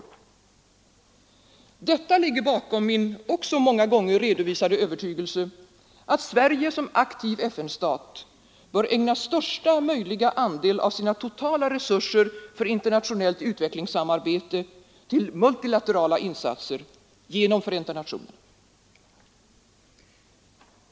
Detta ligger bakom min också många gånger redovisade övertygelse att Sverige som aktiv FN-stat bör ägna största möjliga andel av sina totala resurser för internationellt utvecklingssamarbete åt multilaterala insatser genom Förenta nationerna.